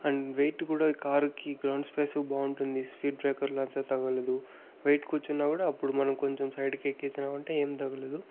and weight కూడా car కి ground space బాగుటుంది స్పీడ్ బ్రేకర్లంతా తగలదు వెయిట్ కూర్చున్న కూడా అప్పుడు మనం కొంచం సైడ్ కి ఎక్కేసినామంటే ఎం తగలదు